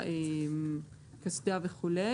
קסדה וכו'.